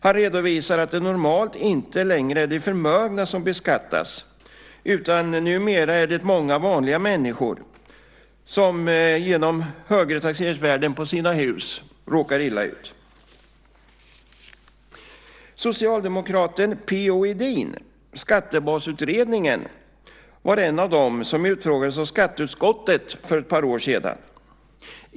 Han redovisar att det normalt inte längre är de förmögna som beskattas utan att det numera är många vanliga människor som genom höga taxeringsvärden på sina hus råkar illa ut. Socialdemokraten P.-O. Edin, han med Skattebasutredningen, var en av dem som utfrågades av skatteutskottet för ett par år sedan.